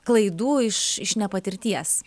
klaidų iš iš nepatirties